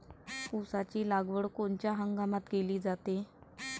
ऊसाची लागवड कोनच्या हंगामात केली जाते?